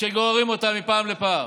שגוררים אותה מפעם לפעם.